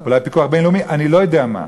אולי פיקוח בין-לאומי, אני לא יודע מה.